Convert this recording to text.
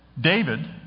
David